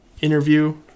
interview